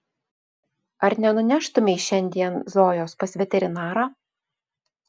ar nenuneštumei šiandien zojos pas veterinarą